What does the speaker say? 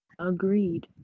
Agreed